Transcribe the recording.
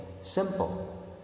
simple